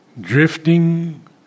Drifting